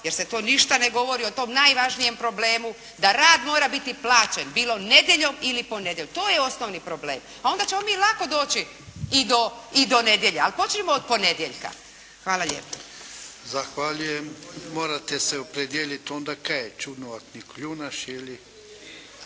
jer se to ništa ne govori o tome najvažnijem problemu da rad mora biti plaćen bilo nedjeljom ili ponedjeljkom. To je osnovni problem. A onda ćemo mi lako doći i do nedjelje. Ali počnimo od ponedjeljka. Hvala lijepo. **Jarnjak, Ivan (HDZ)** Zahvaljujem. Morate se opredijeliti onda kaj je? Čudnovati kljunaš ili